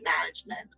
management